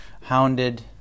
hounded